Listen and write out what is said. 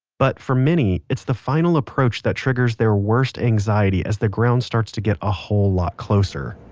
but for many, it's the final approach that triggers their worst anxiety as the ground starts to get a whole lot closer